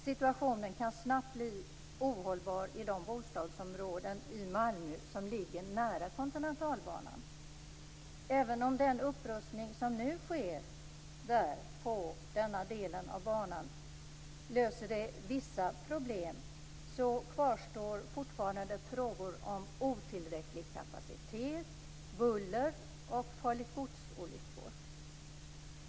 Situationen kan snabbt bli ohållbar i de bostadsområden i Malmö som ligger nära Kontinentalbanan. Även om den upprustning som nu sker på denna del av banan löser vissa problem, kvarstår fortfarande frågor om otillräcklig kapacitet, buller och farligt-gods-olyckor.